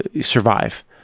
survive